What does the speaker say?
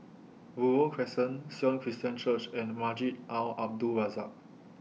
Buroh Crescent Sion Christian Church and Masjid Al Abdul Razak